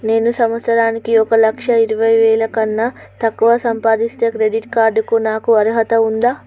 నేను సంవత్సరానికి ఒక లక్ష ఇరవై వేల కన్నా తక్కువ సంపాదిస్తే క్రెడిట్ కార్డ్ కు నాకు అర్హత ఉందా?